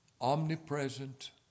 omnipresent